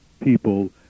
people